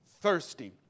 thirsty